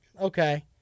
Okay